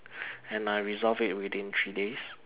and I resolved it within three days